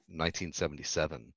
1977